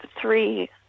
three